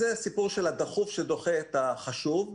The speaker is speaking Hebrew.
זה סיפור של הדחוף שדוחה את החשוב.